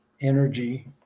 energy